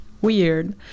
weird